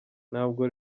ntabwo